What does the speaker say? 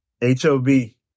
H-O-B